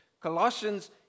Colossians